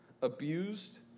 Abused